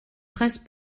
presse